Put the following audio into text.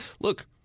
look